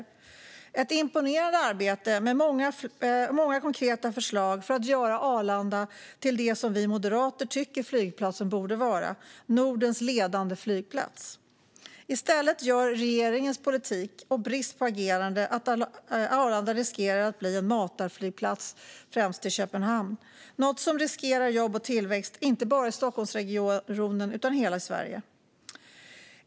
Det är ett imponerande arbete med många konkreta förslag för att göra Arlanda till det vi moderater tycker att flygplatsen borde vara, nämligen Nordens ledande flygplats. I stället gör regeringens politik och brist på agerande att Arlanda riskerar att bli en matarflygplats till främst Köpenhamn, något som riskerar jobb och tillväxt inte bara i Stockholmsregionen utan i hela Sverige.